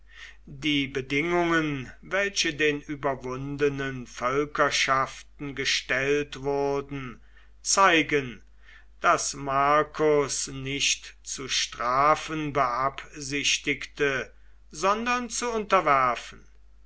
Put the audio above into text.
die bedingungen welche den überwundenen völkerschaften gestellt wurden zeigen daß marcus nicht zu strafen beabsichtigte sondern zu unterwerfen